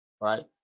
right